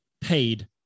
paid